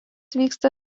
vyksta